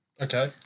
Okay